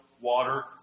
water